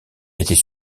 était